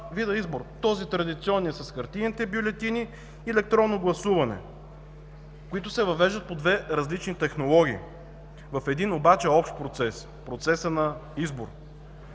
този, традиционният с хартиените бюлетини, и електронно гласуване, които се въвеждат по две различни технологии в един, обаче общ процес, процесът на избор,